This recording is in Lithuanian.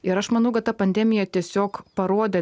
ir aš manau kad ta pandemija tiesiog parodė